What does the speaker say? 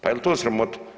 Pa jel to sramota?